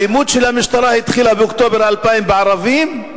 האלימות של המשטרה התחילה באוקטובר 2000 בערבים,